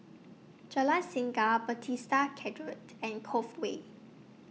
Jalan Singa Bethesda and Cove Way